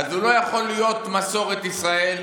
אז הוא לא יכול להיות, מסורת ישראל.